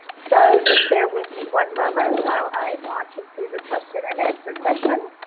so just bear with me one moment while i launch into the question and answer session.